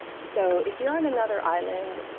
so if you're on another island,